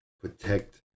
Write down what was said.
protect